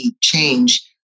change